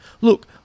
Look